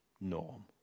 norm